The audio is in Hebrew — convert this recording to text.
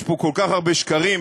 יש פה כל כך הרבה שקרים,